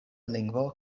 lingvo